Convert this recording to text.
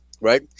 right